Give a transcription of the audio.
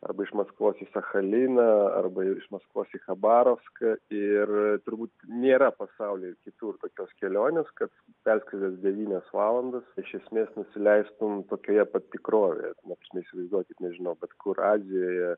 arba iš maskvos į sachaliną arba iš maskvos į chabarovską ir turbūt nėra pasaulyje kitur tokios kelionės kad perskridęs devynias valandas iš esmės nusileistum tokioje pat tikrovėje ta prasme įsivaizduokit nežinau bet kur azijoje